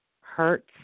hurts